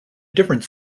different